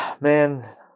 man